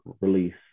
release